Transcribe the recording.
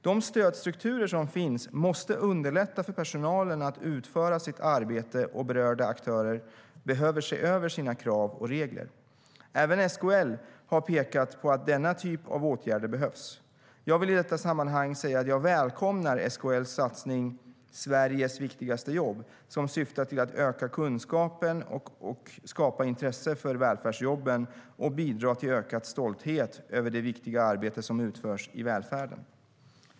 De stödstrukturer som finns måste underlätta för personalen att utföra sitt arbete, och berörda aktörer behöver se över sina krav och regler. Även SKL har pekat på att denna typ av åtgärder behövs. Jag vill i detta sammanhang säga att jag välkomnar SKL:s satsning Sveriges viktigaste jobb som syftar till att öka kunskapen om och skapa intresse för välfärdsjobben och bidra till ökad stolthet över det viktiga arbete som utförs i välfärden.